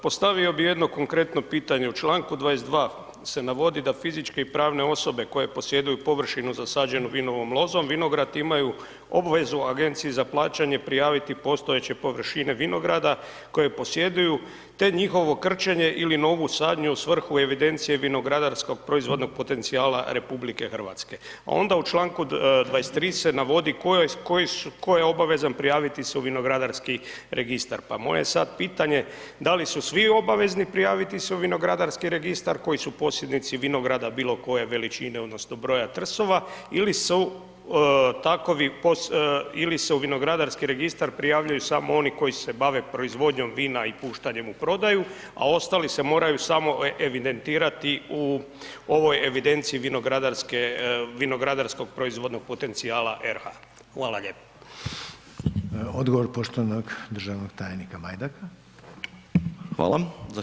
Postavio bi jedno konkretno pitanje, u članku 22. se navodi da fizičke i pravne osobe koje posjeduju površinu zasađenu vinovom lozom, vinograd, imaju obvezu Agenciji za plaćanje prijaviti postojeće površine vinograda koje posjeduju, te njihovo krčenje ili novu sadnju, u svrhu evidencije vinogradarskog proizvodnog potencijala Republike Hrvatske, a onda u članku 23. se navodi tko je obavezan prijaviti u vinogradarski registar, pa moje sad pitanje, da li su svi obavezni prijaviti se u vinogradarski registar koji su posjednici vinograda bilo koje veličine odnosno broja trsova, ili su takovi, ili se u vinogradarski registar prijavljuju samo oni koji se bave proizvodnjom vina i puštanje u prodaju, a ostali se samo moraju evidentirati u ovoj evidenciji vinogradarske, vinogradarskog proizvodnog potencijala RH?